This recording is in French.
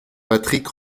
patrick